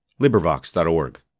LibriVox.org